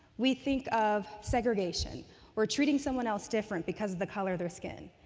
we think of segregation or treating someone else different because of the color of their skin,